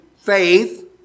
faith